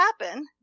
happen